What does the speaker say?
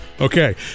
okay